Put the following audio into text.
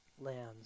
lands